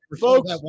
Folks